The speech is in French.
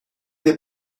des